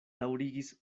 daŭrigis